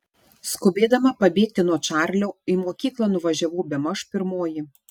skubėdama pabėgti nuo čarlio į mokyklą nuvažiavau bemaž pirmoji